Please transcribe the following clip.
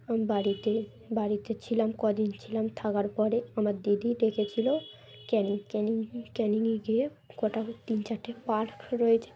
বাড়িতে বাড়িতে ছিলাম কদিন ছিলাম থাকার পরে আমার দিদি ডেকেছিল ক্যানিং ক্যানিং ক্যানিংয়ে গিয়ে কটা তিন চারটে পার্ক রয়েছে